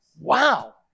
Wow